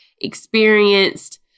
experienced